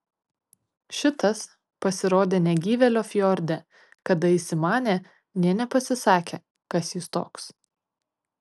šitas pasirodė negyvėlio fjorde kada įsimanė nė nepasisakė kas jis toks